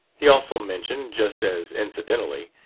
he also mentioned, just as incidentally,